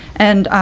and